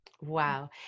Wow